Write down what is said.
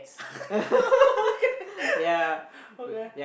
okay okay